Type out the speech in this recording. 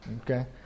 Okay